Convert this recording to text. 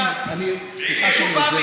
אם מישהו יאמר משהו נגדך,